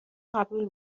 قبول